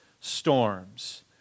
storms